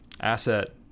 asset